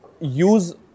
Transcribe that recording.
use